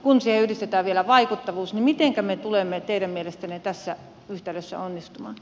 kun siihen yhdistetään vielä vaikuttavuus niin mitenkä me tulemme teidän mielestänne tässä yhtälössä onnistumaan